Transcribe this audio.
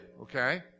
okay